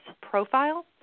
profile